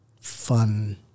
fun